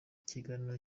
ikiganiro